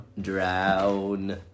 Drown